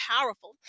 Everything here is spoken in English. powerful